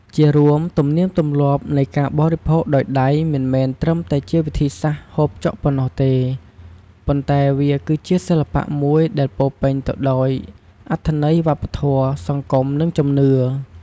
ជារួម ទំនៀមទម្លាប់នៃការបរិភោគដោយដៃ មិនមែនត្រឹមតែជាវិធីសាស្ត្រហូបចុកប៉ុណ្ណោះទេ ប៉ុន្តែវាគឺជាសិល្បៈមួយដែលពោរពេញទៅដោយអត្ថន័យវប្បធម៌ សង្គម និងជំនឿ។